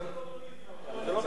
זה לא משקף את הקומוניזם,